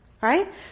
Right